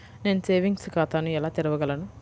నేను సేవింగ్స్ ఖాతాను ఎలా తెరవగలను?